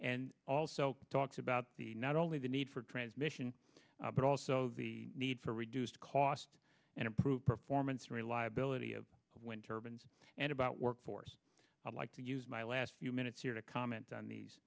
and also talks about the not only the need for transmission but also the need for reduced cost and improved performance reliability of when turbans and about workforce i'd like to use my last few minutes here to comment on these